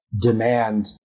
demand